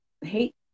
hate